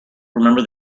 remember